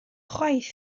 chwaith